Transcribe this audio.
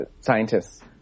scientists